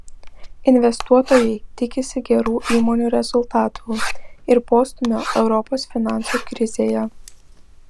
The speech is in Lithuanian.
investuotojai tikisi gerų įmonių rezultatų ir postūmio europos finansų krizėje